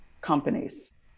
companies